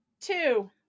two